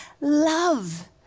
love